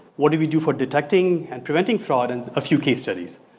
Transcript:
what do we do for detecting and preventing fraud and a few case studies.